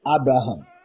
Abraham